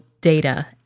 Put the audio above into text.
data